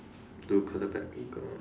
blue colour bag uh